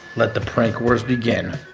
let the prank wars begin.